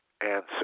answer